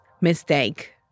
mistake